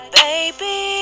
baby